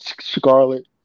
Scarlet